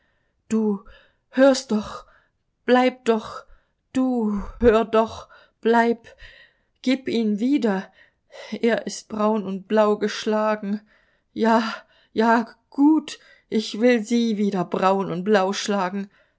du hörst du bleib doch du hör doch bleib gib ihn wieder er ist braun und blau geschlagen ja ja gut ich will sie wieder braun und blau